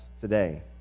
today